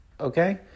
Okay